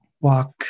walk